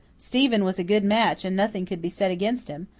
stephen was a good match and nothing could be said against him.